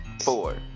four